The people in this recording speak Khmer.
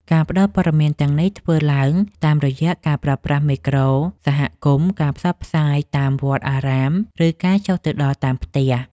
ការផ្ដល់ព័ត៌មានទាំងនេះ ធ្វើឡើងតាមរយៈការប្រើប្រាស់មេក្រូសហគមន៍ ការផ្សព្វផ្សាយតាមវត្តអារាម ឬការចុះទៅដល់តាមផ្ទះ។